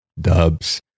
dubs